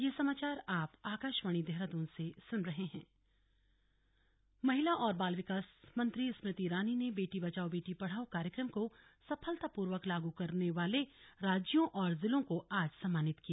उत्तराखंड सम्मानित महिला और बाल विकास मंत्री स्मृति ईरानी ने बेटी बचाओ बेटी पढ़ाओ कार्यक्रम को सफलतापूर्वक लागू करने वाले राज्यों और जिलों को सम्मानित किया